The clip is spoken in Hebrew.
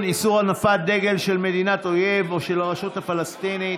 איסור הנפת דגל של מדינת אויב או של הרשות הפלסטינית